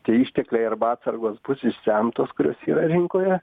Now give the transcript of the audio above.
tie ištekliai arba atsargos bus išsemtos kurios yra rinkoje